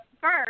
first